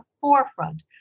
forefront